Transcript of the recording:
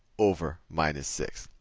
over minus six.